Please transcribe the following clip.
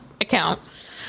account